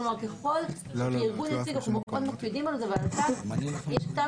כלומר שככל ארגון יציג אנחנו מאוד מקפידים על זה ועל כך יש טעם